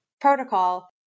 protocol